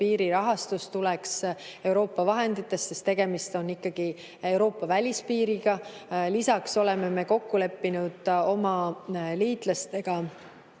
piirirahastus tuleks Euroopa vahenditest, sest tegemist on ikkagi Euroopa välispiiriga. Lisaks oleme kokku leppinud oma liitlastega